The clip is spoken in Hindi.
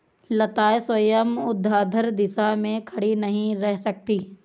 लताएं स्वयं ऊर्ध्वाधर दिशा में खड़ी नहीं रह सकती